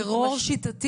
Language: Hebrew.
טרור שיטתי?